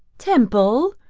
temple,